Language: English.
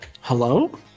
Hello